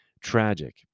tragic